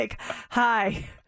hi